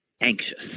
anxious